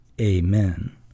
amen